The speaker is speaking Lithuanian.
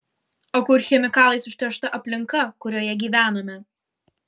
o kur chemikalais užteršta aplinka kurioje gyvename